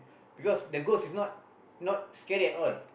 because the ghost is not not scary at all